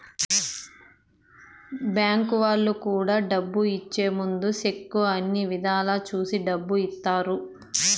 bank వాళ్ళు కూడా డబ్బు ఇచ్చే ముందు సెక్కు అన్ని ఇధాల చూసి డబ్బు ఇత్తారు